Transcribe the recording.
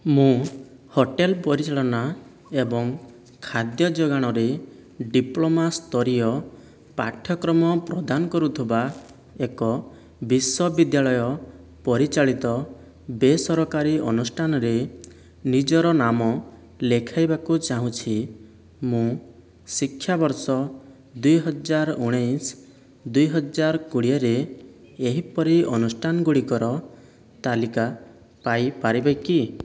ମୁଁ ହୋଟେଲ ପରିଚାଳନା ଏବଂ ଖାଦ୍ୟ ଯୋଗାଣରେ ଡିପ୍ଲୋମା ସ୍ତରୀୟ ପାଠ୍ୟକ୍ରମ ପ୍ରଦାନ କରୁଥିବା ଏକ ବିଶ୍ୱବିଦ୍ୟାଳୟ ପରିଚାଳିତ ବେସରକାରୀ ଅନୁଷ୍ଠାନରେ ନିଜର ନାମ ଲେଖାଇବାକୁ ଚାହୁଁଛି ମୁଁ ଶିକ୍ଷାବର୍ଷ ଦୁଇହଜାର ଉଣେଇଶହ ଦୁଇହଜାର କୋଡ଼ିଏରେ ଏହିପରି ଅନୁଷ୍ଠାନ ଗୁଡ଼ିକର ତାଲିକା ପାଇପାରିବେ କି